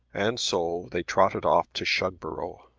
and so they trotted off to shugborough.